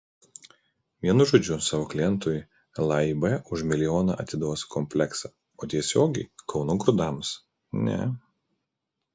vienu žodžiu savo klientui laib už milijoną atiduos kompleksą o tiesiogiai kauno grūdams ne